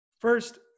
first